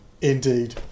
Indeed